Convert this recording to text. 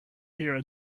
here